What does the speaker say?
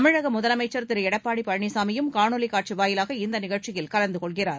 தமிழக முதலமைச்சர் திரு எடப்பாடி பழனிசாமியும் காணொலி காட்சி வாயிலாக இந்த நிகழ்ச்சியில் கலந்து கொள்கிறார்